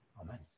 Amen